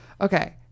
okay